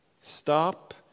Stop